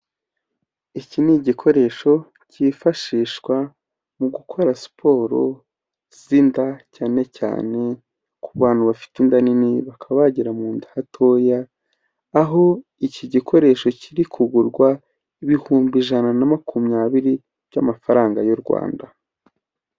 Iki ni igikoresho cyifashishwa mu gukora siporo z'inda cyane cyane ku bantu bafite inda nini, bakaba bagira mu nda hatoya, aho iki gikoresho kiri kugurwa ibihumbi ijana na makumyabiri by'amafaranga y'u Rwanda.